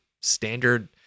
standard